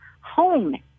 home